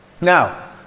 Now